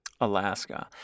Alaska—